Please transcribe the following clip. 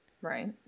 Right